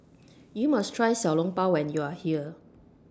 YOU must Try Xiao Long Bao when YOU Are here